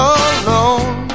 alone